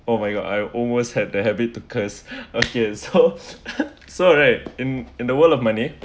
oh my god I almost have the habit to curse okay so so right in in the world of money